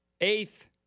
eighth